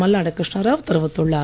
மல்லாடி கிருஷ்ணராவ் தெரிவித்துள்ளார்